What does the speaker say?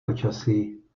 počasí